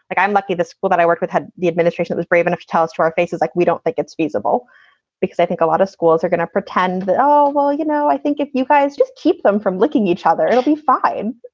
like, i'm lucky. the school that i work with, the administration, was brave enough to tell us to our faces like we don't think it's feasible because i think a lot of schools are going to pretend, oh, well, you know, i think if you guys just keep them from licking each other, it'll be fine.